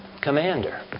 commander